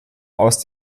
aus